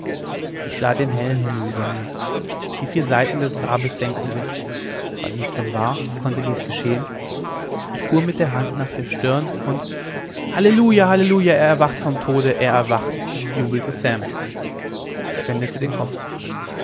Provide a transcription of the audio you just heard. ich sah den hellen himmel über mir die vier seiten des grabes senkten sich war dies denn wahr konnte dies geschehen ich fuhr mir mit der hand nach der stirn und halleluja halleluja er erwacht vom tode er erwacht jubelte sam ich wendete den kopf